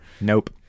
Nope